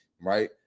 right